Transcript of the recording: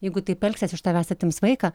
jeigu taip elgsies iš tavęs atims vaiką